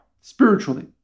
spiritually